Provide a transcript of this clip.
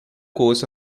course